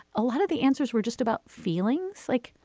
a lot of the answers were just about feelings like,